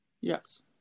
yes